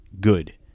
good